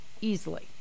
easily